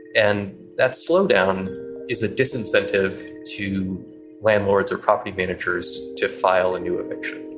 and that slow down is a disincentive to landlords or property managers to file a new eviction